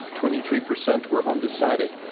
twenty three percent were undecided.